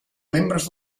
membres